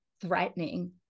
threatening